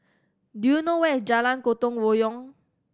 do you know where is Jalan Gotong Royong